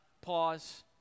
Pause